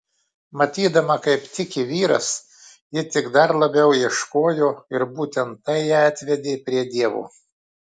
matydama kaip tiki vyras ji tik dar labiau ieškojo ir būtent tai ją atvedė prie dievo